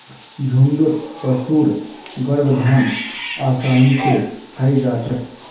झुण्डत पशुर गर्भाधान आसानी स हई जा छेक